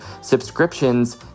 subscriptions